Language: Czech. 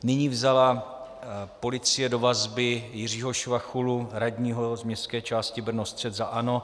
Nyní vzala policie do vazby Jiřího Švachulu, radního z městské části Brnostřed za ANO.